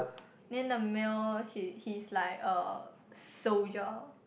then the male she he is like uh soldier